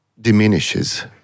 diminishes